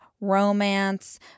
romance